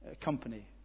company